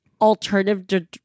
alternative